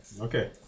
Okay